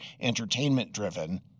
entertainment-driven